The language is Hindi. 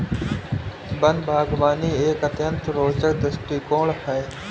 वन बागवानी एक अत्यंत रोचक दृष्टिकोण है